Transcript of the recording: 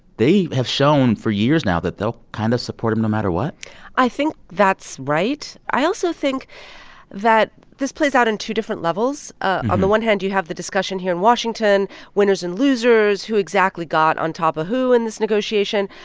they have shown for years now that they'll kind of support him no matter what i think that's right. i also think that this plays out in two different levels. ah on the one hand, you have the discussion here in washington winners and losers, who exactly got on top of who in this negotiation.